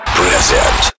present